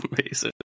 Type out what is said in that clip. amazing